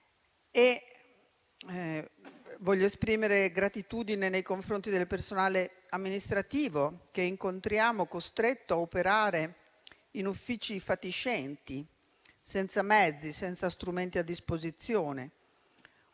E voglio esprimere gratitudine nei confronti del personale amministrativo che incontriamo, costretto a operare in uffici fatiscenti, senza mezzi, senza strumenti a disposizione,